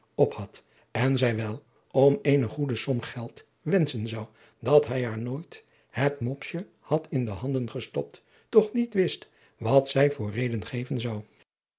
op had en zij wel om eene goede som geld wenschen zou dat hij haar nooit het mopsje had in de handen gestopt toch niet wist wat zij voor reden geven zou